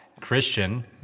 Christian